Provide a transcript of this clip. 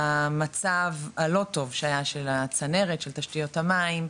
המצב הלא טוב שהיה של הצנרת, של תשתיות המים,